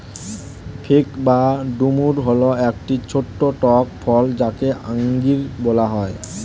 fig বা ডুমুর হল একটি ছোট্ট টক ফল যাকে আঞ্জির বলা হয়